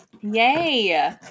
Yay